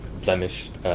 blemished